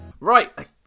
Right